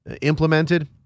implemented